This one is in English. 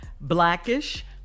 Blackish